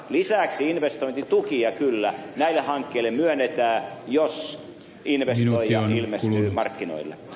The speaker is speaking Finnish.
lisäksi investointitukia kyllä näille hankkeille myönnetään jos investoijia ilmestyy markkinoille